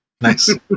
Nice